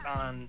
on